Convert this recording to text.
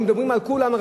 מדברים על כולם,